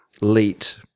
late